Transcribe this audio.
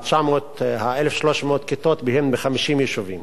1,300 הכיתות הן ב-50 יישובים,